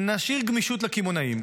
נשאיר גמישות לקמעונאים.